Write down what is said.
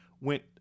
went